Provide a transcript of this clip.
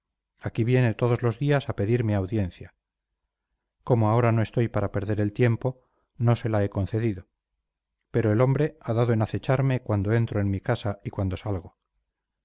aquí viene todos los días a pedirme audiencia como ahora no estoy para perder el tiempo no se la he concedido pero el hombre ha dado en acecharme cuando entro en mi casa y cuando salgo